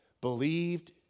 believed